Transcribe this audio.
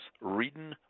reading